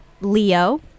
leo